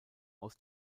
aus